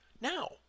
Now